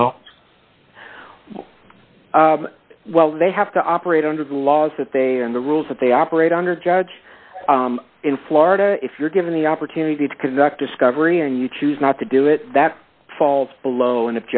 result while they have to operate under the laws that they are and the rules that they operate under judge in florida if you're given the opportunity to conduct discovery and you choose not to do it that falls below an